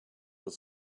with